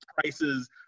prices